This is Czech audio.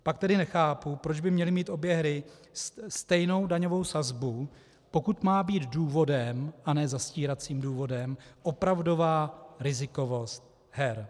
Pak tedy nechápu, proč by měly mít obě hry stejnou daňovou sazbu, pokud má být důvodem, a ne zastíracím důvodem opravdová rizikovost her.